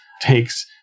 takes